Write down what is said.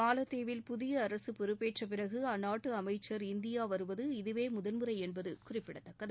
மாலத்தீவில் புதிய அரசு பொறுப்பேற்றபிறகு அந்நாட்டு அமைச்சர் இந்தியா வருவது இதுவே முதன்முறை என்பது குறிப்பிடத்கக்கது